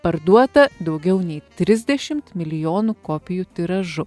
parduota daugiau nei trisdešimt milijonų kopijų tiražu